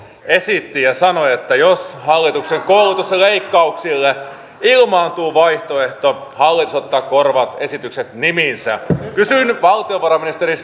esitti ja sanoi että jos hallituksen koulutusleikkauksille ilmaantuu vaihtoehto hallitus ottaa korvaavat esitykset nimiinsä kysyn valtiovarainministeri